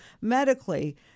medically